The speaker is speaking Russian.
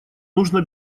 нужно